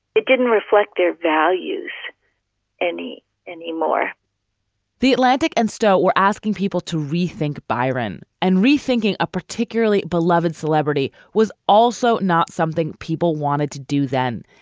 it didn't reflect their values any anymore the atlantic and star were asking people to rethink byron and rethinking a particularly beloved celebrity was also not something people wanted to do then,